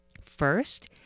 First